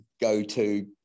go-to